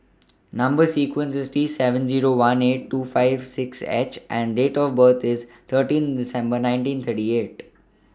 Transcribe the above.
Number sequence IS T seven Zero one eight two five six H and Date of birth IS thirteenth December nineteen thirty eight